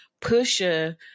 Pusha